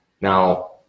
Now